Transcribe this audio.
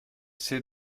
c’est